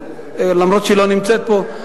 אף-על-פי שהיא לא נמצאת פה,